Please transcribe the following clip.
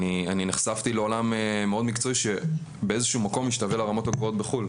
נחשפתי לעולם מאוד מקצועי שבאיזשהו מקום משתווה לרמות הגבוהות בחו"ל.